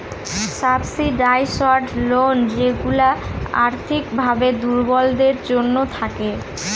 subsidised loan যেইগুলা আর্থিক ভাবে দুর্বলদের জন্য থাকে